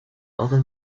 other